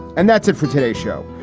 and that's it for today show,